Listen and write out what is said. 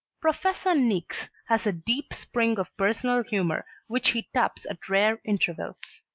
professor niecks has a deep spring of personal humor which he taps at rare intervals.